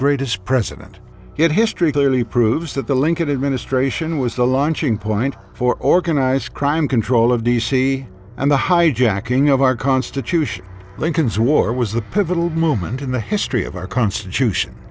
greatest president yet history clearly proves that the lincoln administration was the launching point for organized crime control of d c and the hijacking of our constitution lincoln's war was the pivotal moment in the history of our constitution